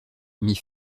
mit